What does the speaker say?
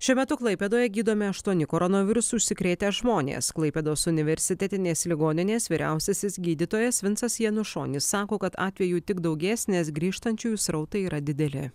šiuo metu klaipėdoje gydomi aštuoni koronavirusu užsikrėtę žmonės klaipėdos universitetinės ligoninės vyriausiasis gydytojas vinsas janušonis sako kad atvejų tik daugės nes grįžtančiųjų srautai yra dideli